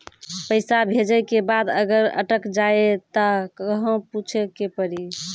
पैसा भेजै के बाद अगर अटक जाए ता कहां पूछे के पड़ी?